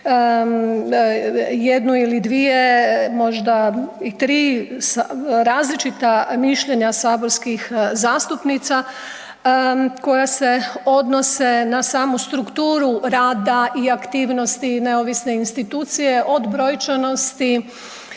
jednu ili dvije možda i tri različita mišljenja saborskih zastupnica koja se odnose na samu strukturu rada i aktivnosti neovisne institucije od brojčanosti,